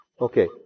Okay